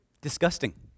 Disgusting